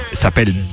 s'appelle